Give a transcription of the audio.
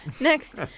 next